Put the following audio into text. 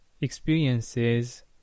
experiences